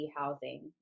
housing